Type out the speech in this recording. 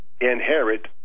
inherit